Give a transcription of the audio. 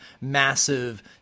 massive